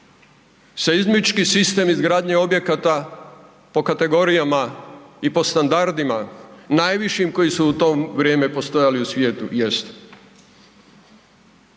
seizmički sistem izgradnje objekata po kategorijama i po standardima najvišim koji su u to vrijeme postojali u svijetu, jest.